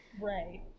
right